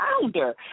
founder